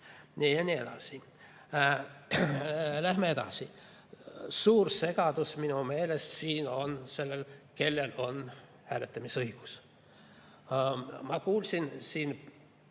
ja nii edasi. Läheme edasi. Suur segadus minu meelest siin on sellega, kellel on hääletamisõigus. Ma kuulsin siin